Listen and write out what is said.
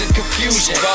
confusion